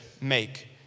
make